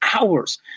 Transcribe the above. hours